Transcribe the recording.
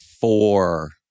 four